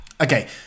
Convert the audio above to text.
okay